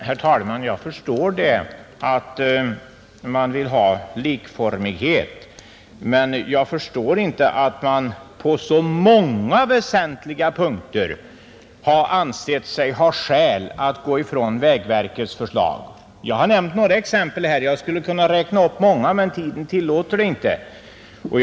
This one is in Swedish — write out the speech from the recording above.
Herr talman! Jag förstår att man vill ha likformighet, men jag förstår inte att man på så många väsentliga punkter har ansett sig ha skäl att gå ifrån vägverkets förslag, Jag har nämnt några exempel här och skulle kunna räkna upp många ytterligare, men tiden tillåter inte det.